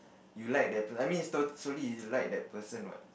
you like that pers~ I mean it's slowly you like that person what